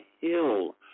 hill